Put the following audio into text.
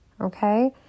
Okay